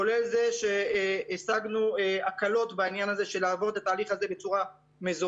כולל זה שהשגנו הקלות בעניין הזה של לעבור את התהליך הזה בצורה מזורזת.